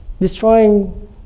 destroying